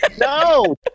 no